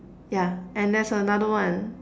yeah and there's another one